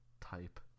type